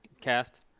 cast